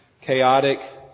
chaotic